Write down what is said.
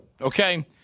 Okay